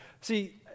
See